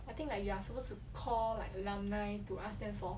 I think like you are supposed to call like alumni to ask them for